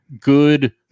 good